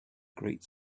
great